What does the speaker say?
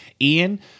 Ian